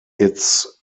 its